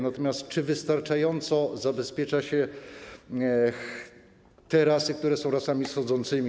Natomiast czy wystarczająco zabezpiecza się te rasy, które są rasami schodzącymi?